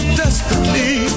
desperately